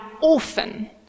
orphan